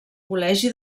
col·legi